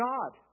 God